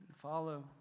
follow